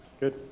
Good